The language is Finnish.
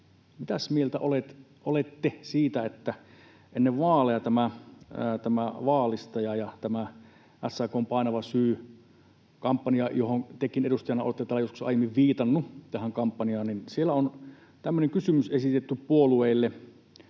mitäs mieltä olette siitä, kun ennen vaaleja tämä Vaalistaja ja tämä SAK:n Painava syy -kampanja, johon tekin edustajana olette täällä joskus aiemmin viitannut, niin siellä on tämmöinen kysymys esitetty puolueille,